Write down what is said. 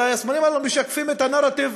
אלא הסמלים הללו משקפים את הנרטיב,